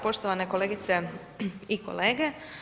Poštovane kolegice i kolege.